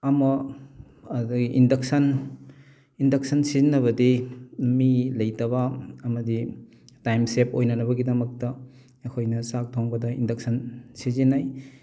ꯑꯃ ꯑꯗꯒꯤ induction induction ꯁꯤꯖꯤꯟꯅꯕꯗꯤ ꯃꯤ ꯂꯩꯇꯕ ꯑꯃꯗꯤ ꯇꯥꯏꯝ ꯁꯦꯞ ꯑꯣꯏꯅꯅꯕꯒꯤꯗꯃꯛꯇ ꯑꯩꯈꯣꯏꯅ ꯆꯥꯛ ꯊꯣꯡꯕꯗ ꯏꯟꯗꯛꯁꯟ ꯁꯤꯖꯤꯟꯅꯩ